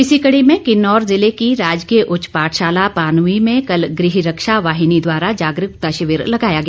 इसी कड़ी में किन्नौर जिले की राजकीय उच्च पाठशाला पानवी में कल गृह रक्षा वाहिनी द्वारा जागरूकता शिविर लगाया गया